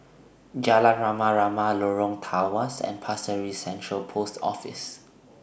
Jalan Rama Rama Lorong Tawas and Pasir Ris Central Post Office